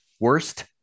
worst